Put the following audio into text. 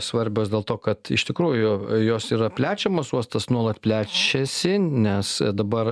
svarbios dėl to kad iš tikrųjų jos yra plečiamos uostas nuolat plečiasi nes dabar